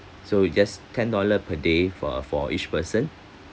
so it just ten dollar per day for a for each person